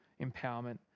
empowerment